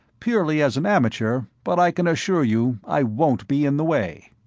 purely as an amateur, but i can assure you i won't be in the way.